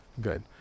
Good